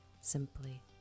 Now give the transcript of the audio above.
simply